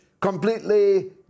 completely